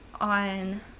on